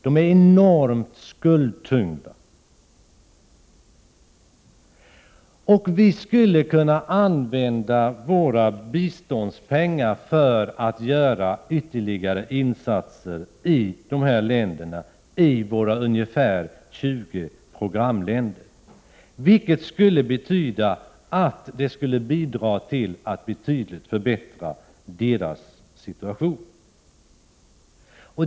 De är enormt skuldtyngda. Vi skulle kunna använda våra biståndspengar till ytterligare insatser i de här länderna — det rör sig om ungefär 20 programländer — och på det sättet skulle vi bidra till en betydligt förbättrad situation i de aktuella länderna.